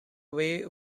way